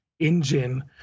engine